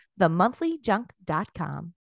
themonthlyjunk.com